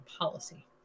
policy